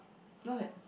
what